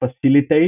facilitate